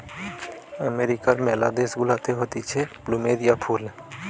আমেরিকার ম্যালা দেশ গুলাতে হতিছে প্লুমেরিয়া ফুল